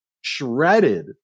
shredded